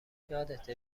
یادته